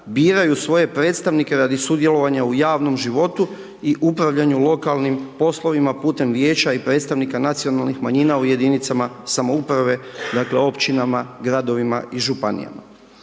biraju svoje predstavnike radi sudjelovanja u javnom životu i upravljanju lokalnim poslovima putem vijeća i predstavnika nacionalnih manjina u jedinicama samouprave, dakle, općinama, gradovima i županijama.